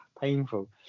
Painful